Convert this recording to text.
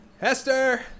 Hester